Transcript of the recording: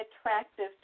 attractive